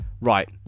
Right